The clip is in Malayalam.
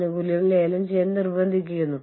അല്ലെങ്കിൽ ഓഫീസ് എവിടെ വയ്കാം